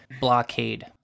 blockade